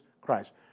Christ